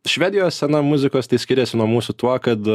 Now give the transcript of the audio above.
švedijos scena muzikos tai skiriasi nuo mūsų tuo kad